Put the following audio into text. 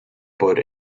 por